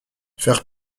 faire